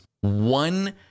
one